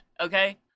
okay